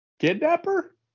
Kidnapper